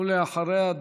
ואחריה,